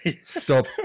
Stop